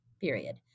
period